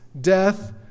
death